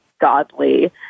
godly